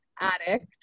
addict